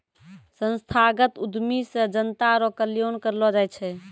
संस्थागत उद्यमी से जनता रो कल्याण करलौ जाय छै